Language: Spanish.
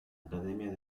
academia